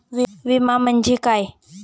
विमा म्हणजे काय?